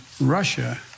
Russia